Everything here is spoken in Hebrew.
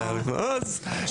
לא 300 מיליון לאבי מעוז.